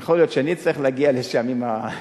יכול להיות שאני אצטרך להגיע לשם אם,